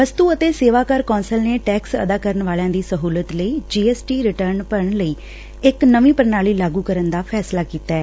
ਵਸੜੁ ਅਤੇ ਸੇਵਾ ਕਰ ਕੌਂਸਲ ਨੇ ਟੈਕਸ ਅਦਾ ਕਰਨ ਵਾਲਿਆਂ ਦੀ ਸਹੁਲਤ ਲਈ ਜੀ ਐਸ ਟੀ ਰਿਟਰਨ ਭਰਨ ਲਈ ਇਕ ਨਵੀ ਪ੍ਰਣਾਲੀ ਲਾਗੁ ਕਰਨ ਦਾ ਫੈਸਲਾ ਕੀਤੈ